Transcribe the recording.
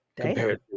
compared